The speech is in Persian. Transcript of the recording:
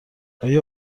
آیا